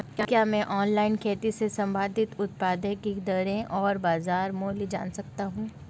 क्या मैं ऑनलाइन खेती से संबंधित उत्पादों की दरें और बाज़ार मूल्य जान सकता हूँ?